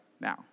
now